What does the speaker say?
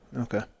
Okay